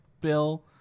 Bill